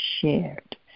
shared